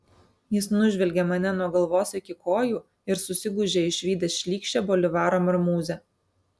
jis nužvelgė mane nuo galvos iki kojų ir susigūžė išvydęs šlykščią bolivaro marmūzę